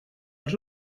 els